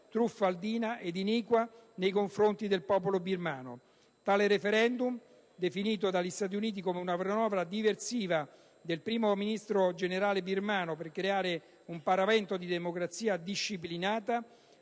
truffaldina ed iniqua nei confronti del popolo birmano. Tale *referendum*, definito dagli Stati Uniti come una manovra diversiva del primo ministro generale birmano, per creare un paravento di «democrazia disciplinata»,